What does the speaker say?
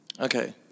Okay